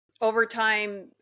overtime